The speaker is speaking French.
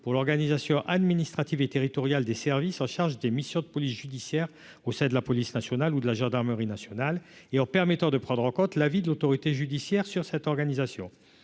pour l'organisation administrative et territoriale des services en charge des missions de police judiciaire au c'est de la police nationale ou de la gendarmerie nationale et en permettant de prendre en compte l'avis de l'autorité judiciaire sur cette organisation,